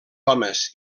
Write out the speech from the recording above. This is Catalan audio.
homes